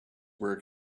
were